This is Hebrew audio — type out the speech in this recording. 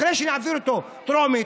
אחרי שנעביר אותו בטרומית,